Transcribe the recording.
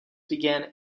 began